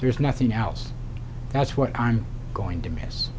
there's nothing else that's what i'm going to miss